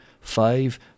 five